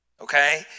Okay